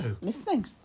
listening